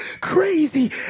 crazy